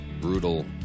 brutal